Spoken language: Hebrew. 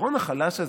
הזיכרון החלש הזה,